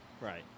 Right